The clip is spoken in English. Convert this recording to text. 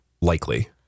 likely